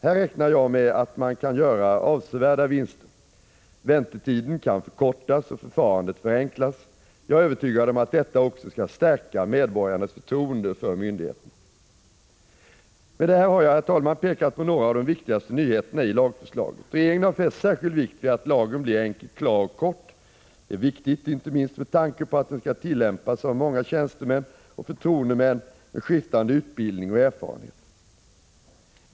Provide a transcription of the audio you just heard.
Här räknar jag med att man kan göra avsevärda vinster. Väntetiden kan förkortas, och förfarandet förenklas. Jag är övertygad om att detta också skall stärka medborgarnas förtroende för myndigheterna. Med detta har jag, herr talman, pekat på några av de viktigaste nyheterna i lagförslaget. Regeringen har fäst särskild vikt vid att lagen blir enkel, klar och kortfattad. Detta är viktigt, inte minst med tanke på att den skall tillämpas av många tjänstemän och förtroendemän med skiftande utbildning och erfarenhet.